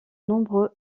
nombreux